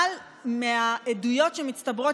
אבל מהעדויות שמצטברות,